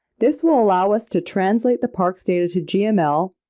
this will allow us to translate the parks data to gml,